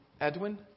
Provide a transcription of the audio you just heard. Edwin